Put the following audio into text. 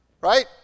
Right